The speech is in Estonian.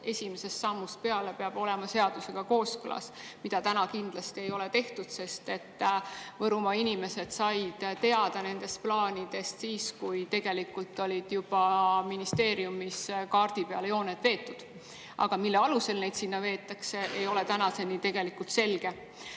esimesest sammust peale peab olema seadusega kooskõlas. Seda täna kindlasti ei ole tehtud, sest Võrumaa inimesed said teada nendest plaanidest siis, kui tegelikult olid ministeeriumis kaardi peale juba jooned veetud. Aga see, mille alusel neid sinna veetakse, ei ole tänaseni tegelikult selge.